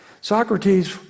Socrates